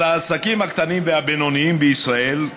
על העסקים הקטנים והבינוניים בישראל,